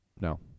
No